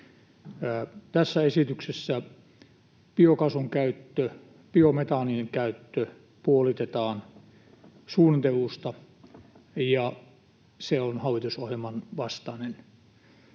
Tässä esityksessä biokaasun käyttö, biometaanin käyttö, puolitetaan suunnitellusta, ja se on hallitusohjelman vastaista.